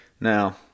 Now